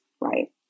right